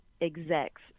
execs